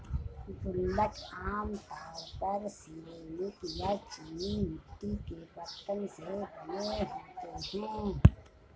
गुल्लक आमतौर पर सिरेमिक या चीनी मिट्टी के बरतन से बने होते हैं